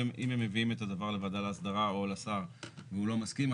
אם הם מביאים את הדבר לוועדה להסדרה או לשר והוא לא מסכים,